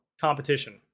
competition